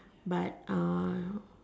but uh